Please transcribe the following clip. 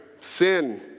Sin